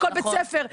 לכל בית ספר,